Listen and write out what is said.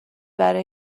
برای